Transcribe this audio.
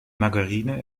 margarine